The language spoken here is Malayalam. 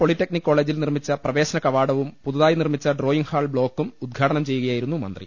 പോളിടെക്നിക് കോളജിൽ നിർമ്മിച്ച പ്രവേശന കവാടവും പുതുതായി നിർമിച്ച ഡ്രോയിംഗ് ഹാൾ ബ്ലോക്കും ഉദ്ഘാടനം ചെയ്യുകയായിരുന്നു മന്ത്രി